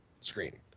screen